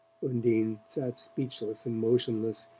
undine sat speechless and motionless,